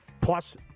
plus